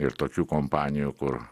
ir tokių kompanijų kur